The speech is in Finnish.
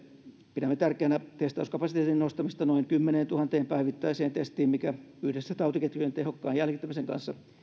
pidämme tärkeänä testauskapasiteetin nostamista noin kymmeneentuhanteen päivittäiseen testiin mikä yhdessä tautiketjujen tehokkaan jäljittämisen kanssa